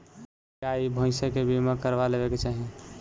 गाई भईसा के बीमा करवा लेवे के चाही